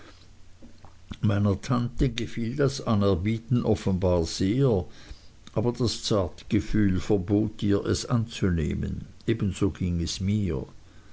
meiner tante gefiel das anerbieten offenbar sehr aber das zartgefühl verbot ihr es anzunehmen eben so ging es mir